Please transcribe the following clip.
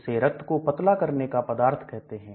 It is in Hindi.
इसे रक्त को पतला करने का पदार्थ कहते हैं